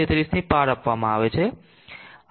33 ની પાવર આપવામાં આવે છે